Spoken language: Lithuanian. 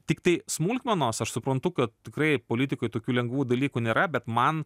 tiktai smulkmenos aš suprantu kad tikrai politikoj tokių lengvų dalykų nėra bet man